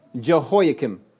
Jehoiakim